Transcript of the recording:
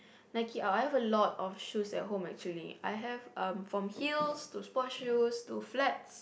Nike uh I have a lot of shoes at home actually I have um from heels to sport shoes to flats